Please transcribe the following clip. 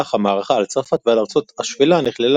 ובמהלך המערכה על צרפת ועל ארצות השפלה נכללה